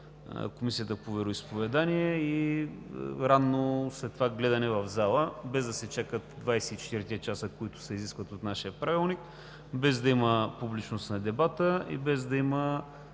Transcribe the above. Комисията по вероизповедания и след това ранно гледане в залата, без да се чакат 24 часа, които се изискват от нашия Правилник, без да има публичност на дебата и без да има